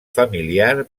familiar